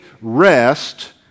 rest